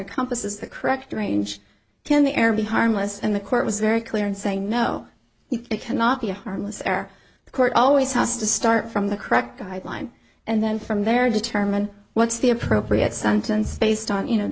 encompasses the correct range can the error be harmless and the court was very clear in saying no it cannot be harmless our court always has to start from the correct guideline and then from there determine what's the appropriate sentence based on you know